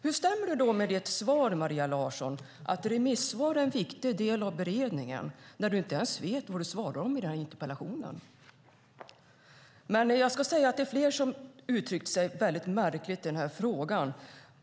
Hur stämmer det då med ditt svar, Maria Larsson, att remissvaren är en viktig del av beredningen, när du inte ens vet vad du svarar i det här interpellationssvaret? Jag ska säga att det är fler som har uttryckt sig mycket märkligt i den här frågan.